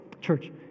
church